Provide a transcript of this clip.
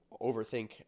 overthink